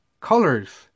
Colors